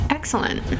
Excellent